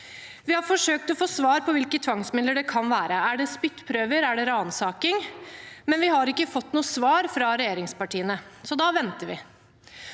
Vi har forsøkt å få svar på hvilke tvangsmidler det kan være – er det spyttprøver, er det ransaking – men vi har ikke fått noe svar fra regjeringspartiene, så da venter vi.